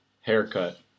haircut